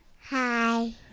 Hi